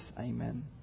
Amen